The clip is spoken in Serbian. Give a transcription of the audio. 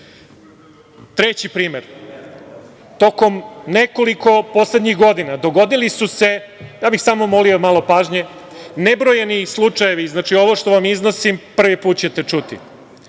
su. Treći primer. Tokom nekoliko poslednjih godina dogodili su se, ja bih samo molio malo pažnje, nebrojani slučajevi, znači ovo što vam iznosim prvi put ćete čuti,